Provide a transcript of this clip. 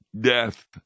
death